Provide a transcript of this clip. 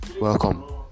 welcome